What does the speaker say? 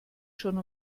schon